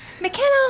McKenna